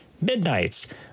Midnight's